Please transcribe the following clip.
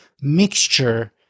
mixture